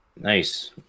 Nice